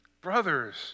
Brothers